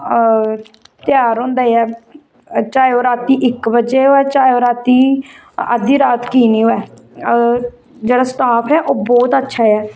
त्यार होंदा ऐ चाहे ओह् रांती इक बजे दा होऐ चाहे ओह् राती अद्धी रात की नेई होऐ ओर जेहड़ा स्टाफ ऐ ओह बहुत अच्छा ऐ